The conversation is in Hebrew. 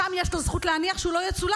שם יש לו זכות להניח שהוא לא יצולם,